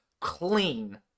clean